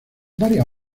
varias